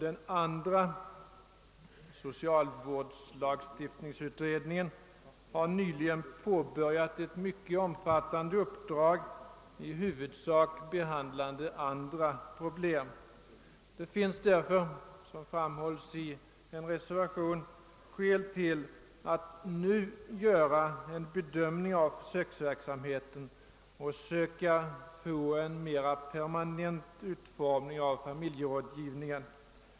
Den andra utredningen — socialvårdslagstiftningsutredningen — har nyligen påbörjat ett mycket omfattande arbete, som i huvudsak behandlar andra problem än det nu aktuella. Som framhålls i en reservation finns det skäl att nu göra en bedömning av försöksverksamheten och söka få en mer permanent utformning av familjerådgivningen.